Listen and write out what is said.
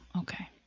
okay